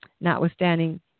notwithstanding